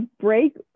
break